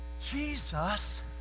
Jesus